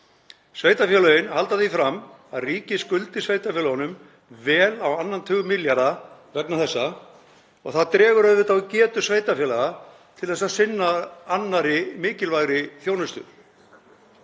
Sveitarfélögin halda því fram að ríkið skuldi sveitarfélögunum vel á annan tug milljarða vegna þessa og það dregur auðvitað úr getu sveitarfélaga til að sinna annarri mikilvægri þjónustu.